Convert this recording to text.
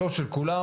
לא של כולם,